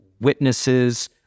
witnesses